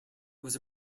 was